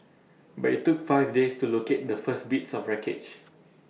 but IT took five days to locate the first bits of wreckage